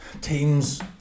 Teams